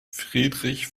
friedrich